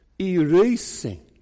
erasing